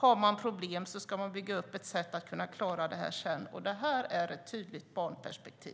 Har de problem ska de kunna bygga upp ett sätt att klara detta själva. Det är ett tydligt barnperspektiv.